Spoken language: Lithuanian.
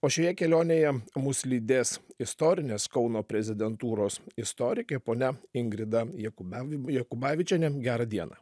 o šioje kelionėje mus lydės istorinės kauno prezidentūros istorikė ponia ingrida jakubav jakubavičienė gerą dieną